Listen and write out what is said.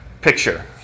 picture